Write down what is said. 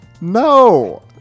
No